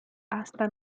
hasta